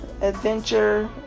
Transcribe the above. adventure